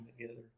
together